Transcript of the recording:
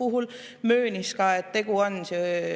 juhul möönis, et tegu on